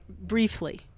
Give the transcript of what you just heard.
briefly